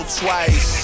twice